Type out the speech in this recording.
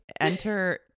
enter